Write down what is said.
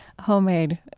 homemade